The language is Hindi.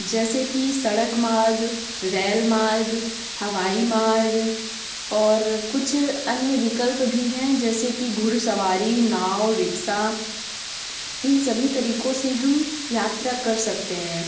जैसे कि सड़क मार्ग रेल मार्ग हवाई मार्ग और कुछ अन्य विकल्प भी हैं जैसे कि घुड़सवारी नाव रिक्सा इन सभी तरीकों से हम यात्रा कर सकते हैं